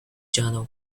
journal